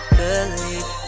believe